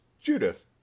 Judith